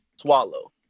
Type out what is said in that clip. swallow